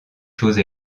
chose